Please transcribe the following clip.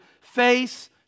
face